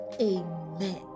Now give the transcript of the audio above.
Amen